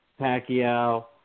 Pacquiao